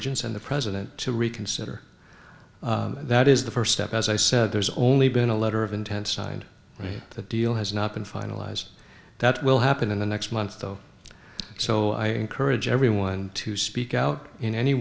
regents and the president to reconsider that is the first step as i said there's only been a letter of intent signed the deal has not been finalized that will happen in the next month though so i encourage everyone to speak out in any